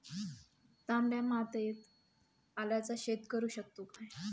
तामड्या मातयेत आल्याचा शेत करु शकतू काय?